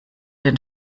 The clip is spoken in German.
den